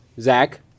Zach